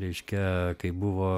reiškia kai buvo